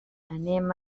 anem